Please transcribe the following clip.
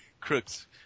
crooks